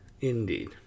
Indeed